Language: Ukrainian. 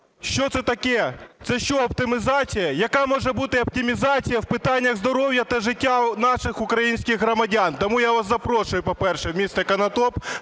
Що це таке? Це що, оптимізація? Яка може бути оптимізація в питаннях здоров'я та життя наших українських громадян? Тому я вас запрошую, по-перше, в місто Конотоп,